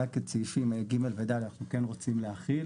רק את סעיפים ג' ו-ד' אנחנו כן רוצים להחיל,